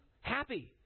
happy